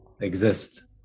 exist